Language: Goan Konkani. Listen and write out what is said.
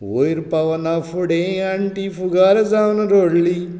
वोयर पावाना फुडें आण्टी फुगार जावन रोडली